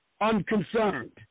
unconcerned